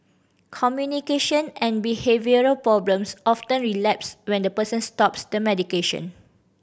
communication and behavioural problems often relapse when the person stops the medication